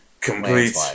Complete